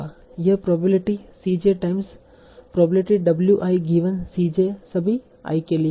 तो यह probability c j times probability w i given c j सभी i के लिए होगी